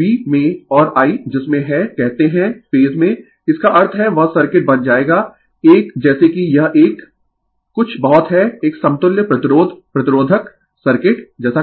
V में और I जिस में है कहते है फेज में इसका अर्थ है वह सर्किट बन जायेगा एक जैसे कि यह एक कुछ बहुत है एक समतुल्य प्रतिरोध प्रतिरोधक सर्किट जैसा कुछ